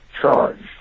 charged